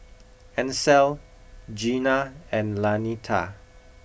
Ancel Gena and Lanita